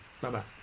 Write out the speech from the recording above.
Bye-bye